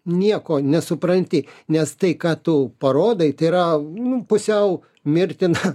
nieko nesupranti nes tai ką tu parodai tai yra nu pusiau mirtina